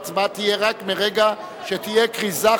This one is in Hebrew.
ההצבעה תהיה רק מרגע שתהיה כריזה,